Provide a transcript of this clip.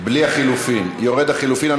בלי לחלופין, יורד הלחלופין.